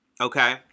Okay